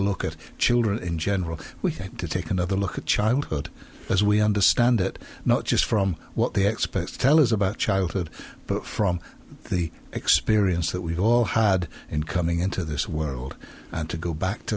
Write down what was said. look at children in general we think to take another look at childhood as we understand it not just from what the experts tell us about childhood but from the experience that we've all had in coming into this world and to go back to